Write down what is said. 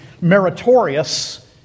meritorious